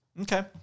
Okay